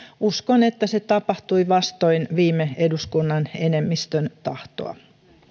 uskon että se tapahtui vastoin viime eduskunnan enemmistön tahtoa